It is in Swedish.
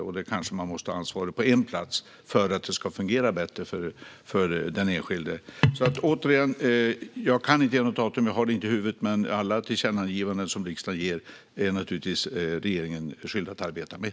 Man måste kanske ha ansvaret på en plats för att det ska fungera bättre för den enskilde. Återigen: Jag kan inte ge något datum, för jag har det inte i huvudet. Men alla tillkännagivanden från riksdagen är regeringen skyldig att arbeta med.